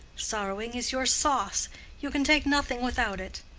sorrowing is your sauce you can take nothing without it.